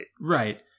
Right